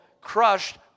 crushed